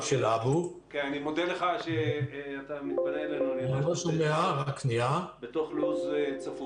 אני מודה לך על כך שאתה מתפנה אלינו בתוך לו"ז צפוף.